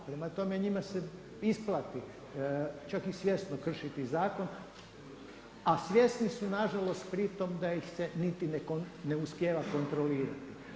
Prema tome njima se isplati čak i svjesno kršiti zakon a svjesni su nažalost pri tome da ih se niti ne uspijeva kontrolirati.